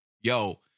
yo